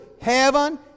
heaven